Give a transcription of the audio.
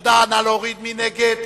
מי נגד?